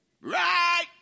Right